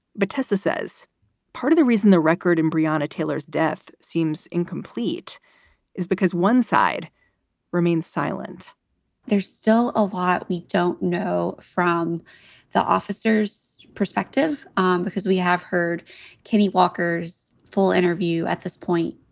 but tsa says part of the reason the record and briona taylor's death seems incomplete is because one side remains silent there's still a lot we don't know from the officers perspective um because we have heard kenny walker's full interview at this point.